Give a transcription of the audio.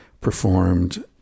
Performed